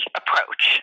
approach